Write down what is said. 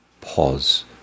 pause